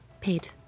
paid